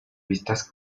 vistas